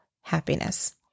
happiness